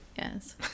Yes